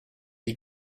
die